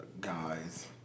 guys